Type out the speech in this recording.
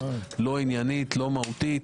לא עניינית לא מהותית,